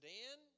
Dan